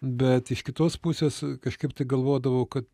bet iš kitos pusės kažkaip tai galvodavau kad